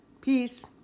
Peace